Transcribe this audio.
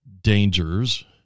dangers